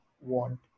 Want